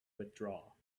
withdraw